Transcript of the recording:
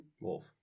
Wolf